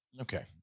Okay